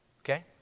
Okay